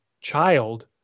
child